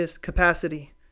capacity